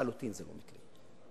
לחלוטין זה לא מקרי.